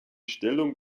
stellung